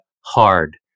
hard